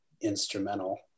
instrumental